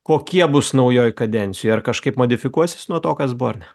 kokie bus naujoj kadencijoj ar kažkaip modifikuosis nuo to kas buvo ar ne